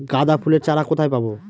গাঁদা ফুলের চারা কোথায় পাবো?